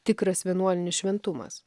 tikras vienuolinis šventumas